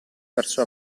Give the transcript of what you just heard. verso